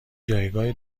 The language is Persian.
جایگاه